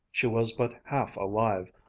she was but half alive,